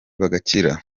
bagakira